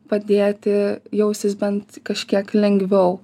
padėti jaustis bent kažkiek lengviau